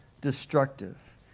destructive